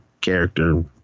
character